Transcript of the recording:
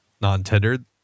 non-tendered